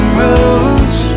roads